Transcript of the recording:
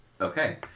Okay